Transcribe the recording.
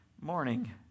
morning